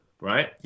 right